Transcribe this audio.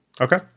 Okay